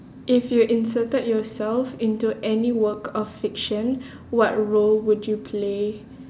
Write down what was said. if you inserted yourself into any work of fiction what role would you play